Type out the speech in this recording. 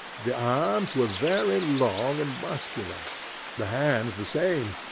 the arms were very long and muscular the hands the same,